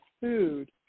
food